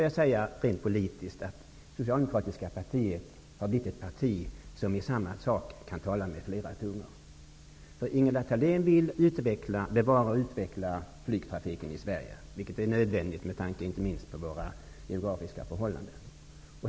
Jag vill rent politiskt säga att det socialdemokratiska partiet har blivit ett parti som i samma sak kan tala med flera tungor. Ingela Thalén vill bevara och utveckla flygtrafiken i Sverige, vilket är nödvändigt inte minst med tanke på geografiska förhållanden.